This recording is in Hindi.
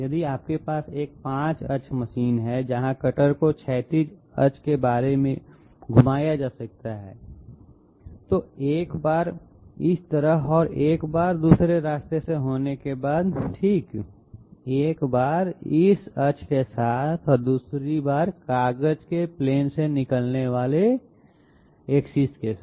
यदि आपके पास एक 5 अक्ष मशीन है जहां कटर को क्षैतिज अक्ष के बारे में घुमाया जा सकता है तो एक बार इस तरह और एक बार दूसरे रास्ते से होने के बाद ठीक एक बार इस अक्ष के साथ और दूसरी बार कागज के प्लेन से निकलने वाली धुरी के साथ